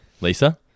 Lisa